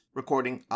recording